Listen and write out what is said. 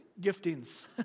giftings